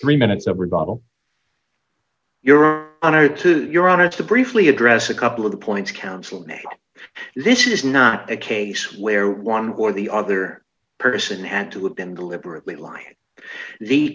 three minutes that we bottle your honor to your honor to briefly address a couple of the points counselor this is not the case where one or the other person had to have been deliberately lying the